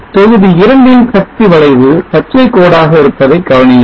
தொகுதி இரண்டின் சக்தி வளைவு பச்சை கோடாக இருப்பதை கவனியுங்கள்